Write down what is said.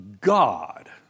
God